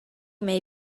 may